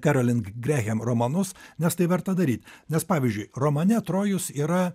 kerolingrehem romanus nes tai verta daryti nes pavyzdžiui romane trojus yra